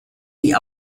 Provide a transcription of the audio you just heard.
die